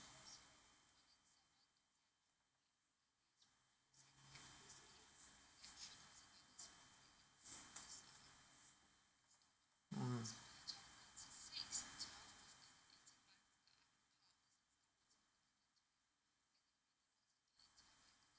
mm